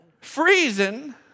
freezing